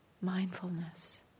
mindfulness